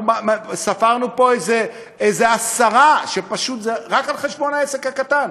אנחנו ספרנו פה איזה עשרה שזה פשוט רק על חשבון העסק הקטן.